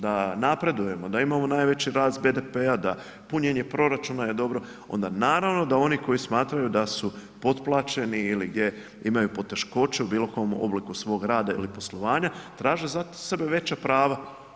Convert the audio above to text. Da napredujemo, da imamo najveći rast BDP-a, da punjenje proračuna je dobro, onda naravno da oni koji smatraju da su potplaćeni ili gdje imaju poteškoća u bilokom obliku svog rada ili poslovanja, traže zato sebi veća prava.